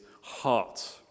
heart